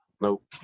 Nope